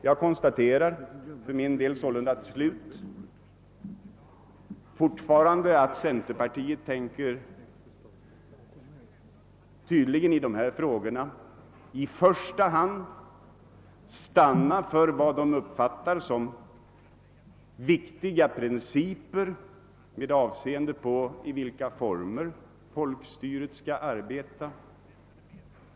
Jag konstaterar till slut fortfarande att centerpartiet i första hand tydligen ämnar hålla fast vid vissa principer med avseende på i vilka former folkstyret skall arbeta.